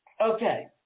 Okay